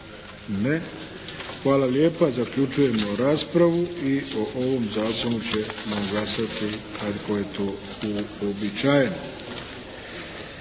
Ne? Hvala lijepa. Zaključujemo raspravu i o ovom zakonu ćemo glasati kako je to uobičajeno.